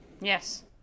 Yes